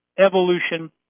evolution